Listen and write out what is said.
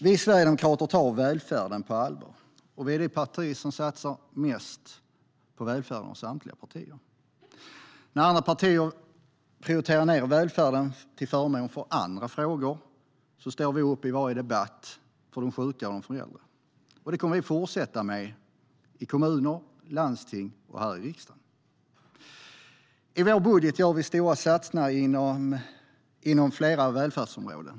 Vi sverigedemokrater tar välfärden på allvar. Vi är det parti som satsar mest av samtliga partier på välfärden. När andra partier prioriterar ned välfärden till förmån för andra frågor står vi upp i varje debatt för de sjuka och för de äldre. Det kommer vi att fortsätta med i kommuner, i landsting och här i riksdagen. I vår budget gör vi stora satsningar inom flera välfärdsområden.